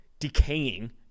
decaying